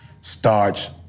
starts